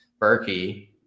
Berkey